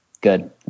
good